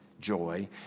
joy